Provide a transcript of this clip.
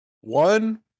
one